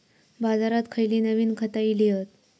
बाजारात खयली नवीन खता इली हत?